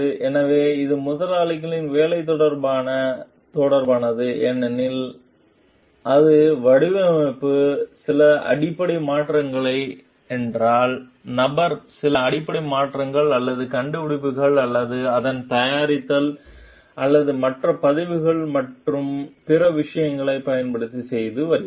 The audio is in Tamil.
எனவே அது முதலாளிகள் வேலை தொடர்பான ஏனெனில் ஆனால் அது வடிவமைப்பு சில அடிப்படை மாற்றங்கள் என்றால் நபர் சில அடிப்படை மாற்றங்கள் அல்லது கண்டுபிடிப்புகள் அல்லது அதன் தயாரித்தல் அல்லது மற்ற பதிவுகள் மற்றும் பிற விஷயங்களை பயன்படுத்தி செய்து வருகிறது